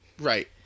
right